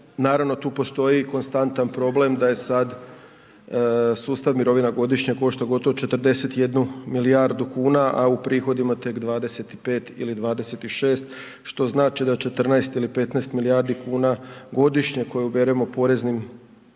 naravno tu postoji i konstantan problem da je sad sustav mirovina godišnje košta gotovo 41 milijardu kuna, a u prihodima tek 25 ili 26, što znači da 14 ili 15 milijardi kuna godišnje koje uberemo poreznim